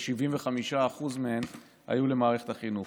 שכ-75% מהן היו למערכת החינוך.